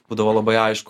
būdavo labai aišku